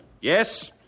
Yes